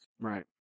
Right